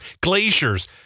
glaciers